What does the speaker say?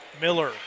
Miller